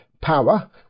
power